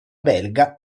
belga